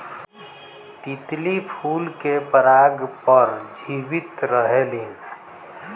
तितली फूल के पराग पर जीवित रहेलीन